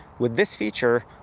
with this feature,